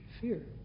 fear